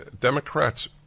Democrats